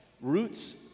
Roots